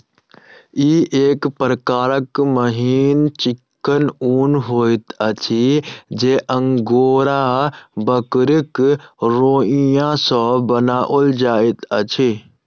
ई एक प्रकारक मिहीन चिक्कन ऊन होइत अछि जे अंगोरा बकरीक रोंइया सॅ बनाओल जाइत अछि